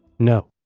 no.